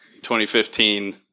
2015